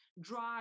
drive